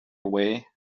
away